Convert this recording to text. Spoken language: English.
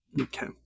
Okay